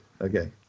Okay